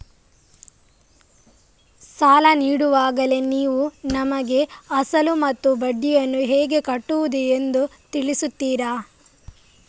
ಸಾಲ ನೀಡುವಾಗಲೇ ನೀವು ನಮಗೆ ಅಸಲು ಮತ್ತು ಬಡ್ಡಿಯನ್ನು ಹೇಗೆ ಕಟ್ಟುವುದು ಎಂದು ತಿಳಿಸುತ್ತೀರಾ?